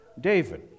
David